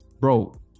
bro